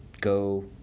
go